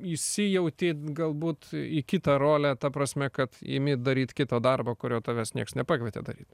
įsijauti galbūt į kitą rolę ta prasme kad imi daryt kito darbą kurio tavęs nieks nepakvietė daryt